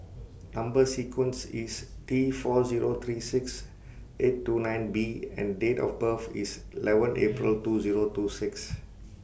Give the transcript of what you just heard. Number sequence IS T four Zero three six eight two nine B and Date of birth IS eleven April two Zero two six